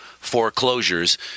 foreclosures